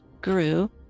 grew